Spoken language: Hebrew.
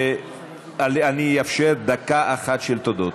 אני אאפשר דקה אחת של תודות.